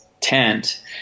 tent